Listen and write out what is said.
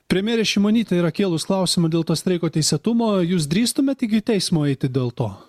premjerė šimonytė yra kėlus klausimą dėl to streiko teisėtumo jūs drįstumėt iki teismo eiti dėl to